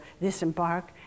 disembark